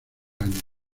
año